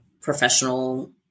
professional